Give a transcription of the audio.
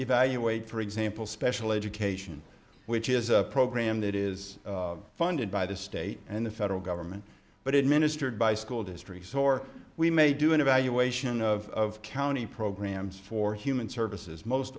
evaluate for example special education which is a program that is funded by the state and the federal government but it ministered by school districts or we may do an evaluation of county programs for human services most